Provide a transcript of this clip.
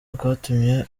rwatumye